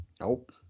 Nope